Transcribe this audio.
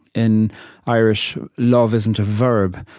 in irish, love isn't a verb.